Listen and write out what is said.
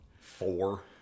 Four